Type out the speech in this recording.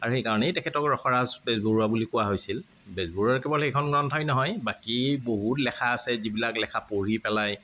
আৰু সেইকাৰণেই তেখেতক ৰসৰাজ বেজবৰুৱা বুলি কোৱা হৈছিল বেজবৰুৱাৰ কেৱল সেইখন গ্ৰন্থই নহয় বাকী বহুত লেখা আছে যিবিলাক লেখা পঢ়ি পেলাই